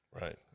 Right